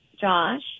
Josh